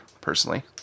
personally